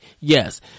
Yes